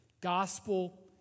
Gospel